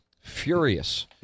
furious